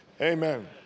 Amen